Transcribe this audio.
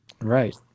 Right